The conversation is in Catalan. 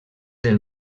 del